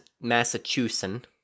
Massachusetts